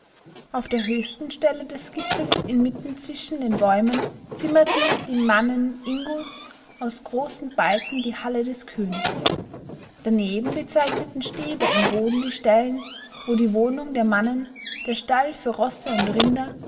auf der höchsten stelle des gipfels inmitten zwischen den bäumen zimmerten die mannen ingos aus großen balken die halle des königs daneben bezeichneten stäbe im boden die stellen wo die wohnung der mannen der stall für rosse und rinder